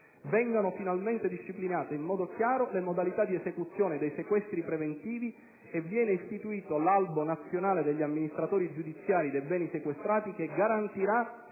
Vengono finalmente disciplinate in modo chiaro le modalità di esecuzione dei sequestri preventivi e viene istituito l'albo nazionale degli amministratori giudiziari dei beni sequestrati, che garantirà